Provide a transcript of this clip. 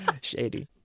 Shady